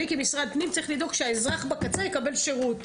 אני כמשרד פנים צריך לדאוג שהאזרח בקצה יקבל שירות,